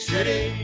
City